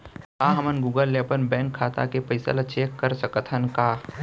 का हमन गूगल ले अपन बैंक खाता के पइसा ला चेक कर सकथन का?